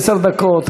עשר דקות,